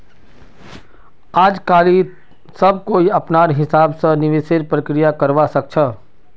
आजकालित सब कोई अपनार हिसाब स निवेशेर प्रक्रिया करवा सख छ